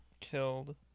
Killed